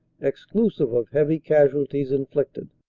exclusive of heavy casualties inflicted.